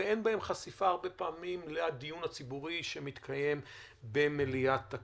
ופעמים רבות אין בהן חשיפה לדיון הציבורי שמתקיים במליאת הכנסת.